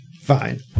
fine